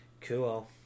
Cool